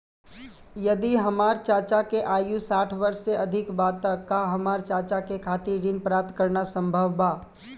यदि हमार चाचा के आयु साठ वर्ष से अधिक बा त का हमार चाचा के खातिर ऋण प्राप्त करना संभव बा?